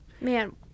Man